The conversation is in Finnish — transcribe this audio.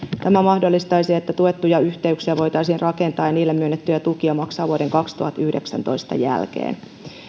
tämä mahdollistaisi että tuettuja yhteyksiä voitaisiin rakentaa ja niille myönnettyjä tukia maksaa vuoden kaksituhattayhdeksäntoista jälkeen